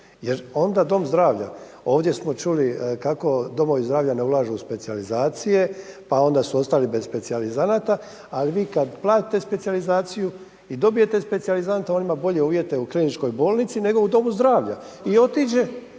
jer onda dom zdravlja, ovdje smo čuli kako domovi zdravlja ne ulažu u specijalizacije, pa onda su ostali bez specijalizanata. Ali vi kad platite specijalizaciju i dobijete specijalizanta on ima bolje uvjete u Kliničkoj bolnici nego u domu zdravlja i otiđe